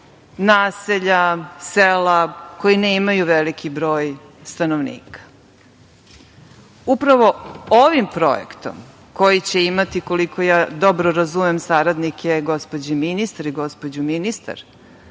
naselja, sela koji nemaju veliki broj stanovnika. Upravo ovim projektom koji će imati, koliko ja dobro razumem saradnike gospođe ministar i gospođu ministar,